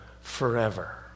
forever